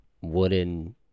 wooden